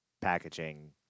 packaging